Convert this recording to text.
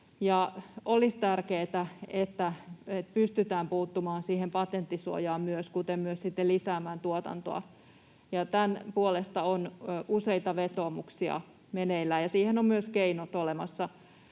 Olisi tärkeätä, että pystytään puuttumaan myös siihen patenttisuojaan kuten myös sitten lisäämään tuotantoa. Tämän puolesta on useita vetoomuksia meneillään, ja siihen on myös keinot olemassa.